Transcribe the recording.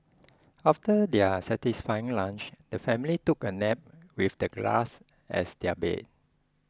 after their satisfying lunch the family took a nap with the grass as their bed